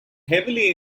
heavily